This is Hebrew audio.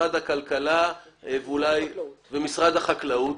משרד הכלכלה ומשרד החקלאות,